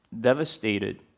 devastated